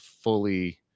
fully